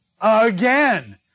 again